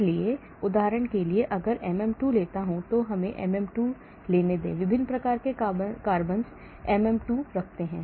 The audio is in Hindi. इसलिए उदाहरण के लिए अगर MM2 लेता हूं तो हमें MM2 लेने दें विभिन्न प्रकार के कार्बन्स MM2 रखता है